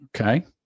Okay